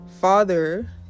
father